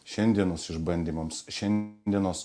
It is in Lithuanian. šiandienos išbandymams šiandienos